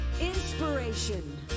inspiration